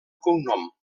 cognom